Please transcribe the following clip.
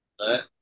Right